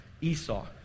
Esau